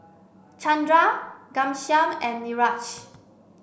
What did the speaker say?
Chandra Ghanshyam and Niraj